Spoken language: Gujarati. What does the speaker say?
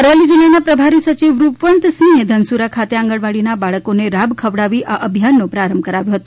અરવલ્લી જિલ્લાના પ્રભારી સચિવ રૂપવંતસિંહે ધનસુરા ખાતે આંગણાવાડીના બાળકોને રાબ ખવડાવી આ અભિયાનનો પ્રારંભ કરાવ્યો હતો